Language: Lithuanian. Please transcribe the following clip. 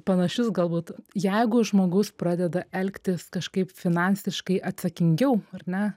panašius galbūt jeigu žmogus pradeda elgtis kažkaip finansiškai atsakingiau ar ne